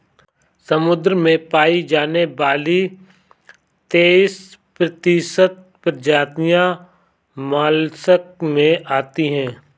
समुद्र में पाई जाने वाली तेइस प्रतिशत प्रजातियां मोलस्क में आती है